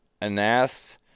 Anas